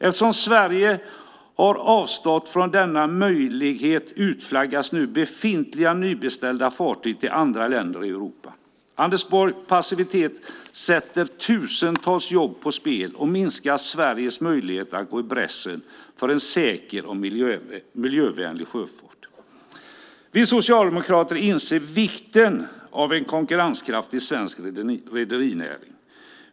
Eftersom Sverige har avstått från denna möjlighet utflaggas nu befintliga och nybeställda fartyg till andra länder i Europa. Anders Borgs passivitet sätter tusentals jobb på spel och minskar Sveriges möjligheter att gå i bräschen för en säker och miljövänlig sjöfart. Vi socialdemokrater inser vikten av en konkurrenskraftig svensk rederinäring.